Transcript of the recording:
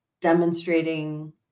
demonstrating